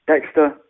Dexter